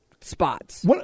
spots